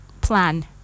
plan